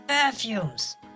perfumes